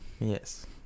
Yes